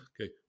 okay